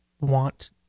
want